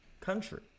country